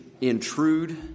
intrude